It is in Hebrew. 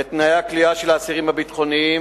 את תנאי הכליאה של האסירים הביטחוניים.